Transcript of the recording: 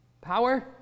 Power